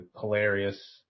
hilarious